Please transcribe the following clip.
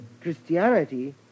Christianity